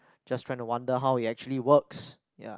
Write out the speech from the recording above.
just trying to wonder how it actually works ya